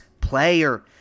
player